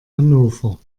hannover